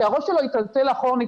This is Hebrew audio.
כי הראש שלו היטלטל אחורנית,